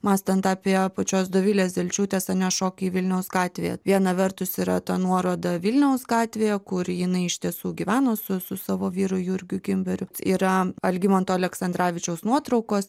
mąstant apie pačios dovilės zelčiūtės ar ne šokiai vilniaus gatvėje viena vertus yra ten nuoroda vilniaus gatvėje kur jinai iš tiesų gyveno su su savo vyru jurgiu gimberiu yra algimanto aleksandravičiaus nuotraukos